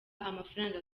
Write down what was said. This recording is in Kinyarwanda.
amafaranga